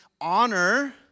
honor